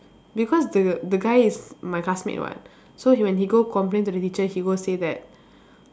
because the the guy is my classmate [what] so he when he go complain to the teacher he go say that